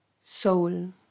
Soul